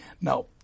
now